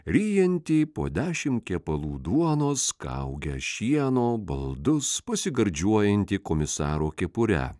ryjantį po dešim kepalų duonos kaugę šieno baldus pasigardžiuojantį komisaro kepure